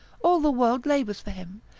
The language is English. all the world labours for him,